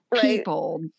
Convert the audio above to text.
people